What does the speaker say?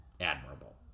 admirable